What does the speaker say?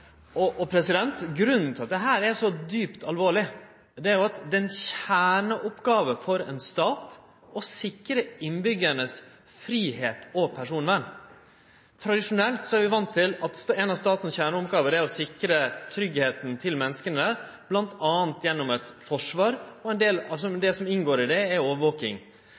Grunnen til at dette er så djupt alvorleg, er at kjerneoppgåva for ein stat er å sikre innbyggjarane fridom og personvern. Tradisjonelt er vi vane med at ei av staten sine kjerneoppgåver er å sikre tryggleiken til menneska, m.a. gjennom eit forsvar. Det som inngår i det, er overvaking.